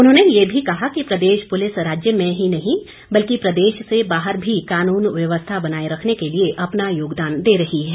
उन्होंने ये भी कहा कि प्रदेश पुलिस राज्य में ही नहीं बल्कि प्रदेश से बाहर भी कानून व्यवस्था बनाए रखने के लिए अपना योगदान दे रही है